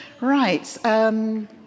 Right